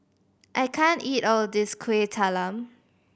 I can't eat all of this Kuih Talam